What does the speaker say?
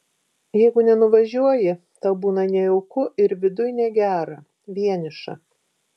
jeigu nenuvažiuoji tau būna nejauku ir viduj negera vieniša